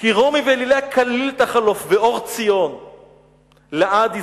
"כי רומי ואליליה כליל תחלוף, ואור ציון לעד יזרח.